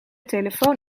telefoon